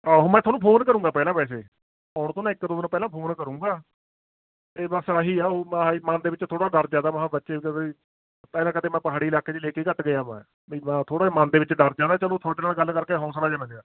ਆਹੋ ਮੈਂ ਤੁਹਾਨੂੰ ਫੋਨ ਕਰੂੰਗਾ ਪਹਿਲਾਂ ਵੈਸੇ ਆਉਣ ਤੋਂ ਨਾ ਇੱਕ ਦੋ ਦਿਨ ਪਹਿਲਾਂ ਫੋਨ ਕਰੂੰਗਾ ਅਤੇ ਬਸ ਆਹੀ ਆ ਉਹ ਆਹੀ ਮਨ ਦੇ ਵਿੱਚ ਥੋੜ੍ਹਾ ਡਰ ਜਿਹਾ ਤਾਂ ਮਹਾਂ ਬੱਚੇ ਵੀ ਪਹਿਲਾਂ ਕਦੇ ਮੈਂ ਪਹਾੜੀ ਇਲਾਕੇ ਚ ਲੈਕੇ ਘੱਟ ਗਿਆ ਬਈ ਥੋੜ੍ਹਾ ਜਿਹਾ ਮਨ ਦੇ ਵਿੱਚ ਡਰ ਜਿਹਾ ਤਾਂ ਚਲੋ ਤੁਹਾਡੇ ਨਾਲ ਗੱਲ ਕਰਕੇ ਹੌਸਲਾ ਜਿਹਾ ਮਿਲਿਆ